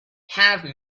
have